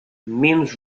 menos